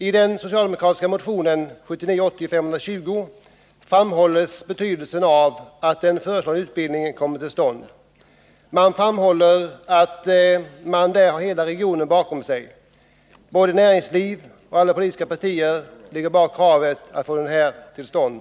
I den socialdemokratiska motionen 1979/80:520 framhålls betydelsen av att den föreslagna utbildningen kommer till stånd. Motionärerna framhåller att de har hela regionen bakom sig — både näringslivet och andra politiska partier står bakom kravet att få denna utbildning till stånd.